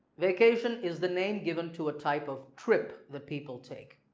vacation is the name given to a type of trip the people take,